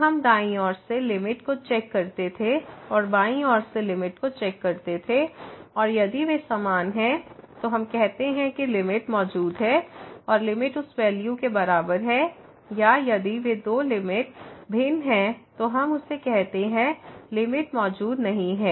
तो हम दायीं ओर से लिमिट को चैक करते थे और बाईं ओर से लिमिट को चैक करते थे और यदि वे समान हैं तो हम कहते हैं कि लिमिट मौजूद है और लिमिट उस वैल्यू के बराबर है या यदि वे दो लिमिट भिन्न हैं तो हम उसे कहते हैं लिमिट मौजूद नहीं है